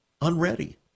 Unready